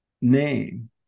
name